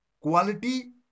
Quality